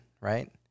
right